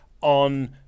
on